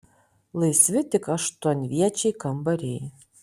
laisvi tik aštuonviečiai kambariai